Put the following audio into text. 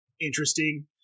interesting